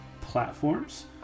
platforms